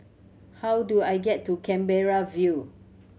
how do I get to Canberra View